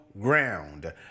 ground